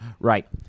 Right